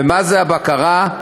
ומה הבקרה?